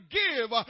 give